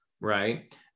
right